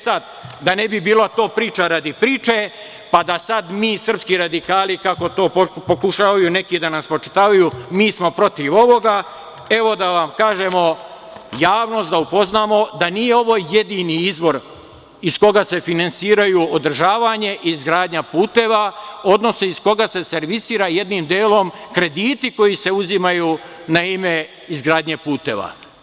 Sad, da ne bi bila to priča radi priče, pa da sad mi srpski radikali, kako to pokušavaju neki da nam spočitavaju, mi smo protiv ovoga, evo da vam kažemo, javnost da upoznamo da nije ovo jedini izvor iz koga se finansiraju održavanje, izgradnja puteva, odnosno iz koga se servisira jednim delom krediti koji se uzimaju na ime izgradnje puteva.